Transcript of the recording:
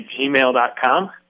gmail.com